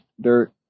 dirt